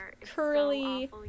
curly